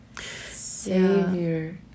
Savior